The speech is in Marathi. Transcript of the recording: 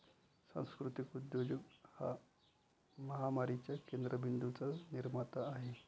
सांस्कृतिक उद्योजक हा महामारीच्या केंद्र बिंदूंचा निर्माता आहे